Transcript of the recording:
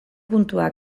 puntua